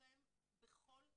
לרשותכם בכל יום.